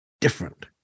different